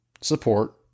support